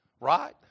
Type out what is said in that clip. Right